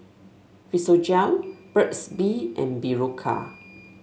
Physiogel Burt's Bee and Berocca